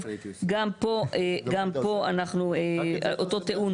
גם פה אנחנו באותו טיעון.